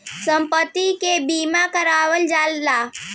सम्पति के बीमा करावल जाला